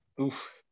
Oof